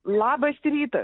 labas rytas